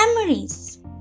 Memories